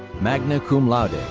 magna cum laude.